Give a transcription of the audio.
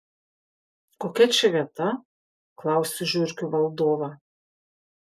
kokia čia vieta klausiu žiurkių valdovą